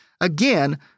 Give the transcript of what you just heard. again